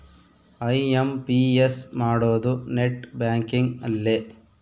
IMPS ಮಾಡೋದು net banking ಅಲ್ಲೆ